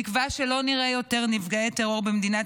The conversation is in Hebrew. בתקווה שלא נראה יותר נפגעי טרור במדינת